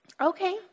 okay